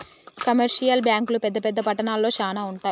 commercial బ్యాంకులు పెద్ద పెద్ద పట్టణాల్లో శానా ఉంటయ్